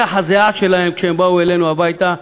ריח הזיעה שלהם כשהם באו אלינו הביתה,